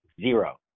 zero